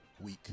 Week